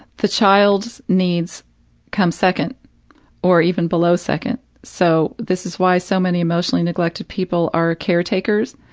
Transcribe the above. the child's needs come second or even below second, so this is why so many emotionally neglected people are caretakers,